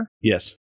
Yes